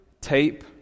tape